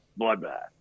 bloodbath